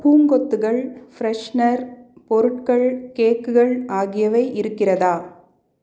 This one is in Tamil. பூங்கொத்துகள் ஃப்ரெஷ்னர் பொருட்கள் கேக்குகள் ஆகியவை இருக்கிறதா